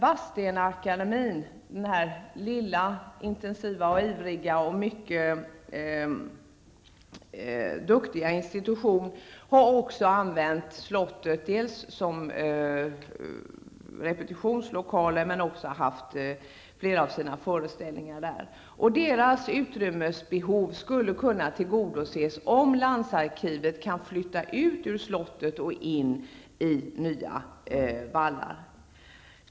Vadstenaakademien, den lilla intensivt och arbetande, mycket duktiga institutionen, har dels använt slottet som repetitionslokal, dels haft flera av sina föreställningar där. Akademiens utrymmesbehov skulle kunna tillgodoses om landsarkivet kunde flytta ut ur slottet och in i nya vallar.